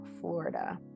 Florida